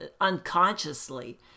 unconsciously